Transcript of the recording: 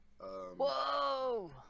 Whoa